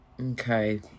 Okay